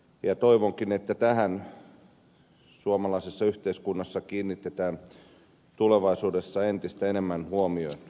toivonkin että tähän suomalaisessa yhteiskunnassa kiinnitetään tulevaisuudessa entistä enemmän huomiota